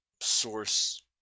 source